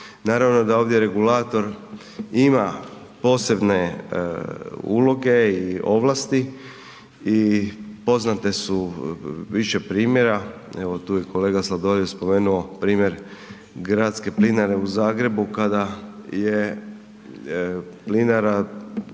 Naravno da ovdje regulator ima posebne uloge i ovlasti i poznate su više primjera, evo tu je kolega Sladoljev primjer Gradske plinare u Zagrebu kada je plinara